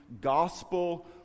gospel